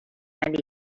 and